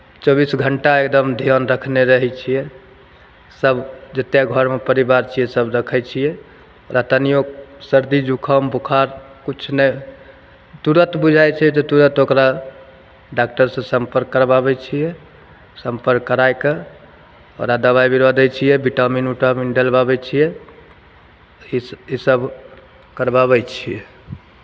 चौबीस घण्टा एकदम धियान रखने रहै छियै सभ जतेक घरमे परिवार छियै सभ रखै छियै ओकरा तनिओ सर्दी जुकाम बुखार किछु ने तुरन्त बुझाइ छै तऽ तुरन्त ओकरा डाक्टरसँ सम्पर्क करवाबै छियै सम्पर्क कराए कऽ ओकरा दबाइ बीरो दै छियै विटामिन उटामिन डलवाबै छियै इस इसभ करवाबै छियै